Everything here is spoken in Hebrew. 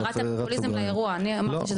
קראת פופוליזם לאירוע, אני אמרתי שזה פוגרום.